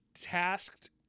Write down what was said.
tasked